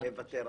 שאוותר עליו.